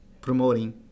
promoting